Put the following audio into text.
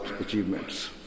achievements